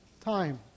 time